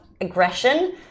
aggression